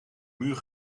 muur